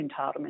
entitlement